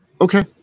Okay